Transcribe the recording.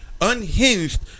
Unhinged